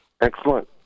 Excellent